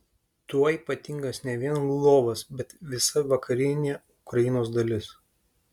tuo ypatingas ne vien lvovas bet visa vakarinė ukrainos dalis